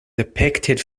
depicted